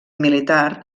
militar